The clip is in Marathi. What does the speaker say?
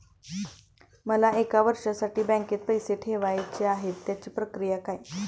मला एक वर्षासाठी बँकेत पैसे ठेवायचे आहेत त्याची प्रक्रिया काय?